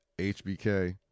HBK